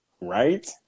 Right